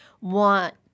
want